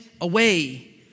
away